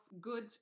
good